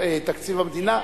תקציב המדינה,